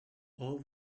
all